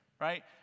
Right